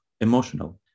emotional